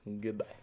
Goodbye